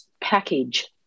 package